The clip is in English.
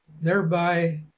thereby